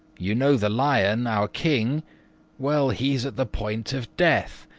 you know the lion, our king well, he's at the point of death,